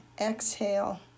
exhale